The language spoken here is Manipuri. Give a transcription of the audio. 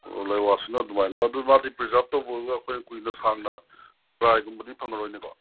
ꯑꯣ ꯂꯥꯏꯋꯥꯁꯤꯅ ꯑꯗꯨꯃꯥꯏꯅ ꯑꯗꯨ ꯃꯥꯗꯤ ꯄ꯭ꯔꯤꯖꯥꯕ ꯇꯧꯕꯒ ꯑꯩꯈꯣꯏꯅ ꯀꯨꯏꯅ ꯁꯥꯡꯅ ꯄ꯭ꯔꯥꯏꯖꯒꯨꯝꯕꯗꯤ ꯐꯪꯉꯔꯣꯏꯅꯦꯀꯣ